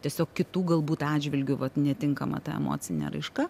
tiesiog kitų galbūt atžvilgiu vat netinkama ta emocinė raiška